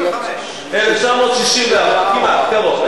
1965. 1964. 1964, הנה, קרוב.